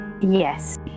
Yes